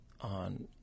on, –